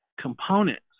components